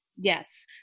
Yes